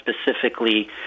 specifically